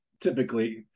typically